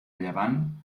llevant